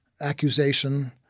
accusation